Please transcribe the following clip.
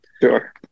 Sure